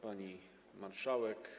Pani Marszałek!